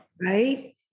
Right